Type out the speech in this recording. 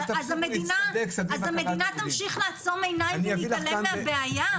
אז תפסיקו להצטדק --- אז המדינה תמשיך לעצום עיניים ולהתעלם מהבעיה?